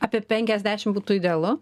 apie penkiasdešim būtų idealu